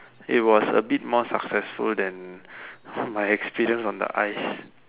it was a bit more successful then my experience on the ice